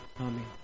Amen